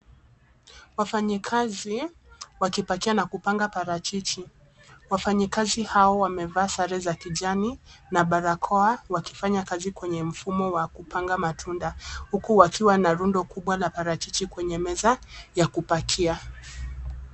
Wafanyikazi wakipakia na kupanga parachichi. Wafanyikazi hawa wamevaa sare za kijani na barakoa, wakifanya kazi kwenye mfumo wa kupanga matunda. Huku wakiwa na rundo kubwa la parachichi kwenye meza ya kupakia.